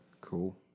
Cool